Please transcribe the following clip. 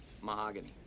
mahogany